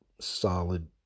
solid